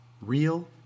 Real